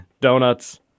donuts